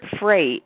freight